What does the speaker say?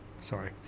sorry